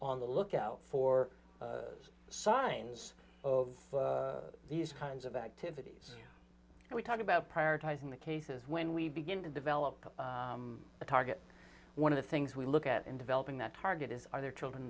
on the lookout for signs of these kinds of activities we talk about prioritizing the cases when we begin to develop a target one of the things we look at in developing that target is are there children